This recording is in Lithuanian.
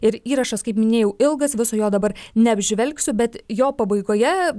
ir įrašas kaip minėjau ilgas viso jo dabar neapžvelgsiu bet jo pabaigoje